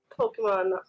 Pokemon